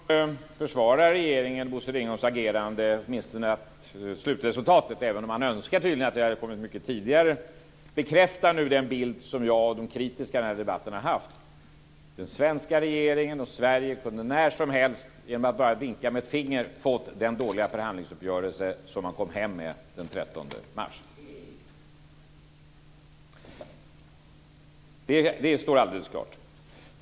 Fru talman! Per Rosengren försvarar regeringen och Bosse Ringholms agerande, åtminstone slutresultatet. Han gör det även om han tydligen önskar att resultatet hade uppnåtts tidigare. Detta bekräftar den bild som jag och de kritiska i den här debatten har haft, nämligen att den svenska regeringen och Sverige när som helst, bara genom att vinka med ett finger, kunde ha nått den dåliga förhandlingsuppgörelse som man kom hem med den 13 mars. Det står alldeles klart.